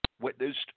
witnessed